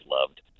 loved